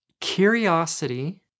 curiosity